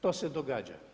To se događa.